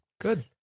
Good